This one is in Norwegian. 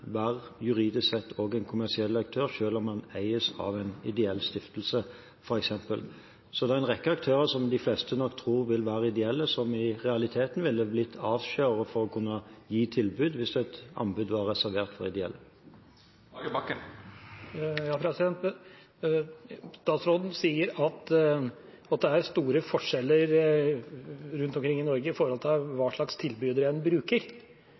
juridisk sett også være en kommersiell aktør, selv om en f.eks. eies av en ideell stiftelse. Det er en rekke aktører som de fleste nok tror er ideelle, som i realiteten ville blitt avskåret fra å kunne gi tilbud hvis et anbud var reservert for ideelle. Statsråden sier at det er store forskjeller rundt omkring i Norge når det gjelder hva slags tilbydere en bruker.